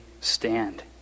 stand